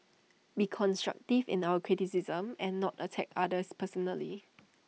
be constructive in our criticisms and not attack others personally